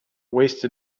wasted